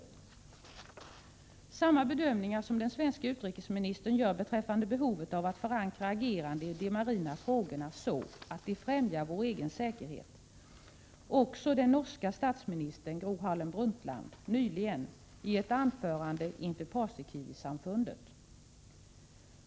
Samma bedömningar som den svenske utrikesministern gör beträffande behovet av att förankra agerandet i de marina frågorna så att det främjar vår egen säkerhet underströk också den norska statsministern Gro Harlem Brundtland nyligen i ett anförande inför Paasikivisamfundet.